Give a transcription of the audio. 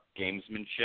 gamesmanship